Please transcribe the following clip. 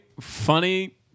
funny